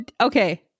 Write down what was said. okay